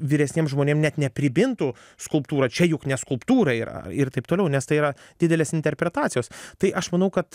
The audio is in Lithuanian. vyresniem žmonėm net nepribintų skulptūrą čia juk ne skulptūra yra ir taip toliau nes tai yra didelės interpretacijos tai aš manau kad